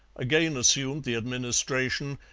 again assumed the administration,